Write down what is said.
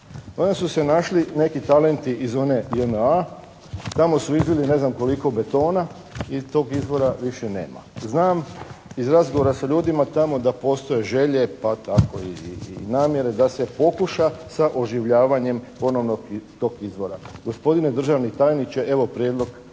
Onda su se našli neki talenti iz one JNA tamo su izlili ne znam koliko betona i tog izvora više nema. Znam iz razgovora sa ljudima tamo da postoje želje, pa tako i namjere da se pokuša sa oživljavanjem ponovo tog izvora. Gospodine državni tajniče evo prijedlog